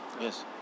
yes